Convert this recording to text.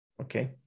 Okay